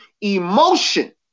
Emotion